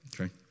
Okay